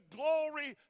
glory